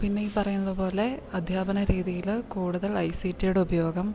പിന്നെ ഈ പറയുന്നതു പോലെ അധ്യാപന രീതിയില് കൂടുതൽ ഐ സി റ്റിയുടെ ഉപയോഗം